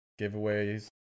giveaways